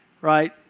right